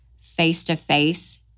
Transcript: face-to-face